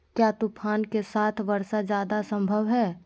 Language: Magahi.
क्या तूफ़ान के साथ वर्षा जायदा संभव है?